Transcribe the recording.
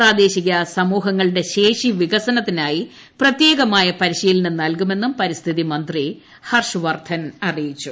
പ്രാദേശിക സമൂഹങ്ങളുടെ ശേഷി വികസനത്തിനായി പ്രത്യേകമായ പരിശീലനം നൽകുമെന്നും പരിസ്ഥിതി മന്ത്രി ഹർഷ് വർദ്ധൻ പറഞ്ഞു